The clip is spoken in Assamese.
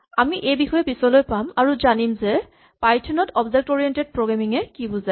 আমি এই বিষয়ে পিছলৈ পাম আৰু জানিম যে পাইথন ত অবজেক্ট অৰিয়েন্টেড প্ৰগ্ৰেমিং এ কি বুজায়